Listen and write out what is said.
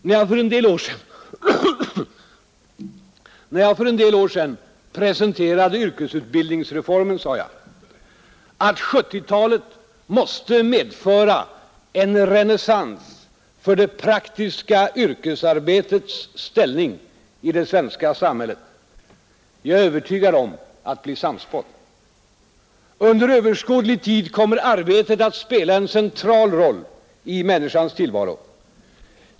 När jag för en del år sedan presenterade yrkesutbildningsreformen sade jag att 1970-talet måste medföra en renässans för det praktiska yrkesarbetets ställning i det svenska samhället. Jag är övertygad om att bli sannspådd. Under överskådlig tid kommer arbetet att spela en central roll i människans tillvaro.